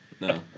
No